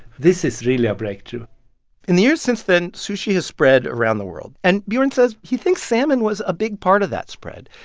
this is really a breakthrough in the years since then, sushi has spread around the world. and bjorn says he thinks salmon was a big part of that spread.